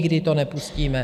Nikdy to nepustíme!